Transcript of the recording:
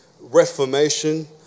reformation